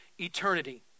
eternity